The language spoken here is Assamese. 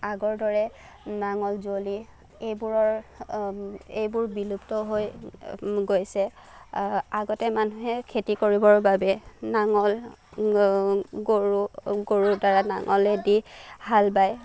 আগৰ দৰে নাঙল জলি এইবোৰৰ এইবোৰ বিলুপ্ত হৈ গৈছে আগতে মানুহে খেতি কৰিবৰ বাবে নাঙল গৰু গৰু দ্বাৰা নাঙলেদি হাল বাই